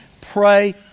pray